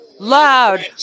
Loud